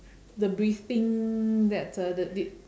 the breathing that uh the did